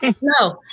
No